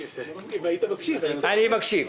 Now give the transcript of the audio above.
אם היית מקשיב --- אני מקשיב.